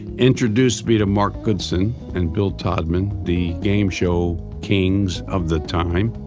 introduced me to mark goodson and bill todman, the game show kings of the time.